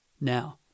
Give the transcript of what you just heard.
Now